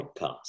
podcast